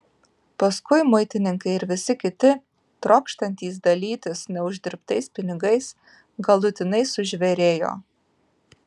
paskui muitininkai ir visi kiti trokštantys dalytis neuždirbtais pinigais galutinai sužvėrėjo